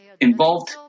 involved